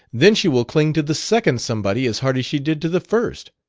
then she will cling to the second somebody as hard as she did to the first.